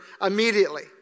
immediately